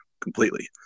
completely